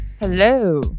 Hello